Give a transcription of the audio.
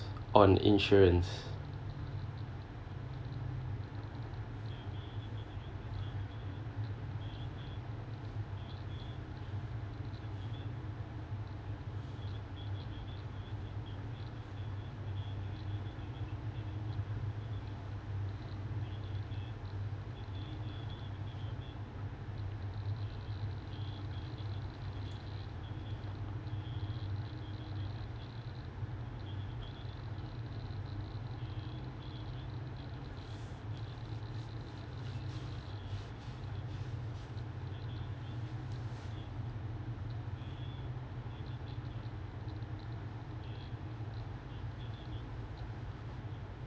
on insurance